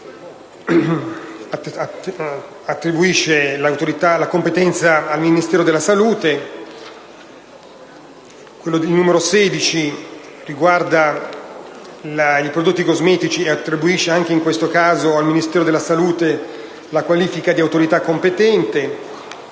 l'autorità, la competenza al Ministero della salute. L'articolo 16 riguarda i prodotti cosmetici ed attribuisce sempre al Ministero della salute la qualifica di autorità competente.